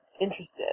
interested